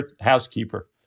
housekeeper